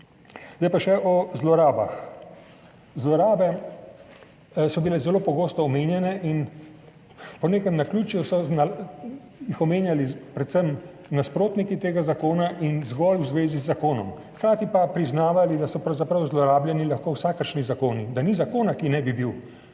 Zdaj pa še o zlorabah. Zlorabe so bile zelo pogosto omenjene in po nekem naključju so jih omenjali predvsem nasprotniki tega zakona in zgolj v zvezi z zakonom, hkrati pa priznavali, da so pravzaprav zlorabljeni lahko vsakršni zakoni, da ni zakona, ki ne bi bil